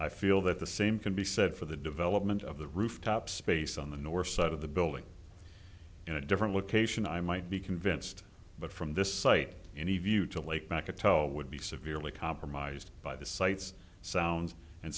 i feel that the same can be said for the development of the rooftop space on the north side of the building in a different location i might be convinced but from this site any view to lake bachata would be severely compromised by the sights sounds and